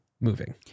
moving